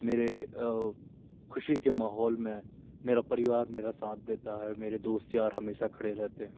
मेरे खुशी के माहौल में मेरा परिवार मेरा साथ देता है मेरे दोस्त यार हमेशा खड़े रहते हैं